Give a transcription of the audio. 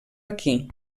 aquí